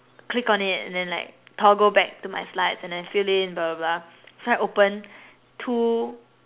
click on it and then like toggle back to my slides and then fill in blah blah blah so I open two